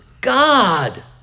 God